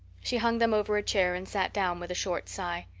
she hung them over a chair and sat down with a short sigh.